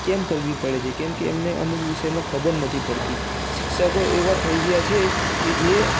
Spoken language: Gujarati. કેમ કરવી પડે છે કેમ કે એમને અમુક વિષયોમાં ખબર નથી પડતી શિક્ષકો એવા થઇ ગયા છે કે જે